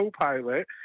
Copilot